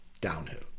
downhill